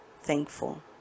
thankful